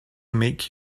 make